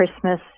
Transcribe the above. Christmas